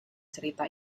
cerita